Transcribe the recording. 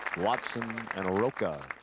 watson and rocca